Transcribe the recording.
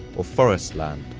or forest land,